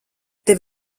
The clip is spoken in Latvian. tev